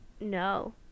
No